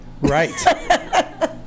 Right